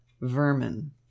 vermin